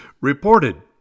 reported